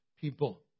people